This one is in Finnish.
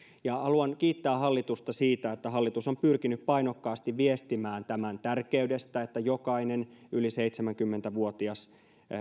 haluan kiittää hallitusta siitä että hallitus on pyrkinyt painokkaasti viestimään tämän tärkeydestä että jokainen yli seitsemänkymmentä vuotias